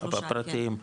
בפרטיים,